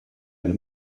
them